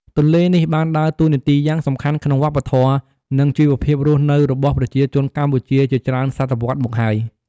ទន្លេនេះបានដើរតួនាទីយ៉ាងសំខាន់ក្នុងវប្បធម៌ និងជីវភាពរស់នៅរបស់ប្រជាជនកម្ពុជាជាច្រើនសតវត្សមកហើយ។